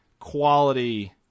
quality